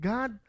God